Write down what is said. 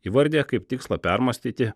įvardija kaip tikslą permąstyti